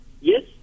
yes